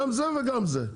גם זה וגם זה.